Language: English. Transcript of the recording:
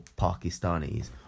Pakistanis